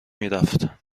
میرفت